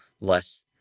less